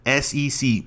SEC